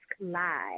Live